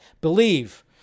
believe